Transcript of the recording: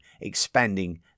expanding